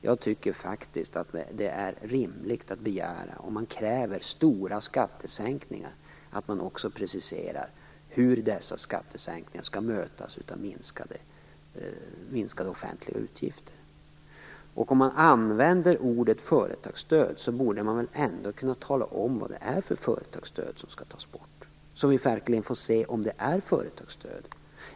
Jag tycker att det är rimligt att begära att den som kräver stora skattesänkningar också preciserar hur dessa skall mötas av minskade offentliga utgifter. Om man använder ordet "företagsstöd" borde man väl kunna tala om vilka företagsstöd som skall tas bort, så att vi verkligen får se om det är företagsstöd.